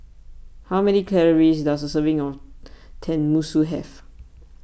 how many calories does a serving of Tenmusu have